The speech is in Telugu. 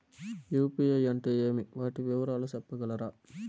యు.పి.ఐ అంటే ఏమి? వాటి వివరాలు సెప్పగలరా?